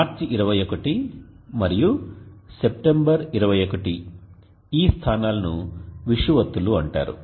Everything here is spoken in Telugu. మార్చి 21 మరియు సెప్టెంబర్ 21 ఈ స్థానాలను విషువత్తులు అంటారు